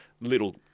little